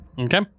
Okay